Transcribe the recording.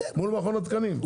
מול מכון התקנים.